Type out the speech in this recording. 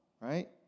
right